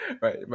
right